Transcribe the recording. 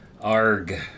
Arg